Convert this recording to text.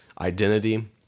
identity